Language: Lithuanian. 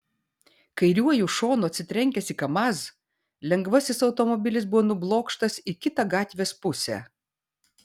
kairiuoju šonu atsitrenkęs į kamaz lengvasis automobilis buvo nublokštas į kitą gatvės pusę